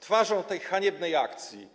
Twarzą tej haniebnej akcji